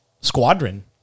squadron